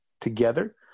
together